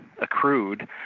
accrued